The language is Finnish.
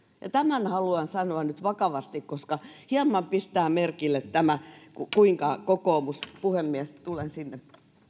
ja tämän haluan sanoa nyt vakavasti koska hieman pistää merkille tämä kuinka kokoomus puhemies tulen sinne